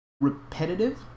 repetitive